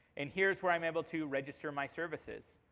and here's where i'm able to register my services.